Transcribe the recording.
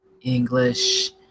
english